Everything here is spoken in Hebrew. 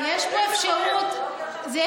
איך לפקח?